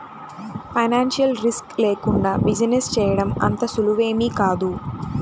financial risk లేకుండా business చేయడం అంత సులువేమీ కాదు